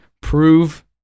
prove